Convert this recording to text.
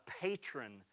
patron